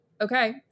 okay